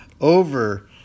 over